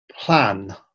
plan